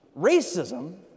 Racism